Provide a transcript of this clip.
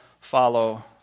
follow